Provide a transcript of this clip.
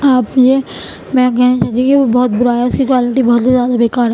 آپ یہ میں کہنا چاہتی ہوں کہ وہ بہت برا ہے اس کی کوالیٹی بہت ہی زیادہ بےکار ہے